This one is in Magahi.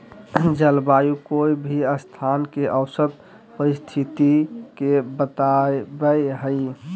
जलवायु कोय भी स्थान के औसत परिस्थिति के बताव हई